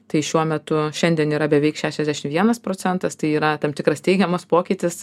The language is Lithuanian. tai šiuo metu šiandien yra beveik šešiasdešim vienas procentas tai yra tam tikras teigiamas pokytis